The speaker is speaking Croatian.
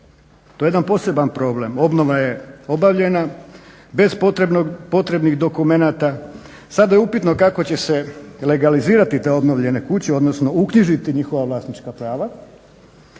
To je jedan poseban problem. Obnova je obavljena bez potrebnih dokumenata. Sada je upitno kako će se legalizirati te obnovljene kuće odnosno uknjižiti njihova vlasnička prava